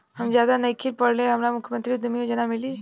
हम ज्यादा नइखिल पढ़ल हमरा मुख्यमंत्री उद्यमी योजना मिली?